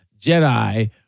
Jedi